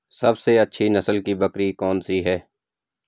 सबसे अच्छी नस्ल की बकरी कौन सी है?